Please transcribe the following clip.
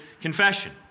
confession